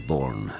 Born